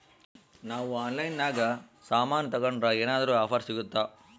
ನಾವು ಆನ್ಲೈನಿನಾಗ ಸಾಮಾನು ತಗಂಡ್ರ ಏನಾದ್ರೂ ಆಫರ್ ಸಿಗುತ್ತಾ?